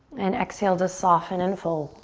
and exhale to soften and fold.